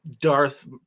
Darth